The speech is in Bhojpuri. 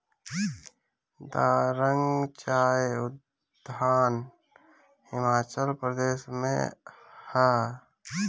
दारांग चाय उद्यान हिमाचल प्रदेश में हअ